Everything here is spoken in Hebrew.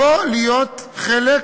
להיות חלק